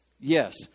Yes